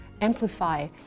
amplify